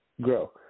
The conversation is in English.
grow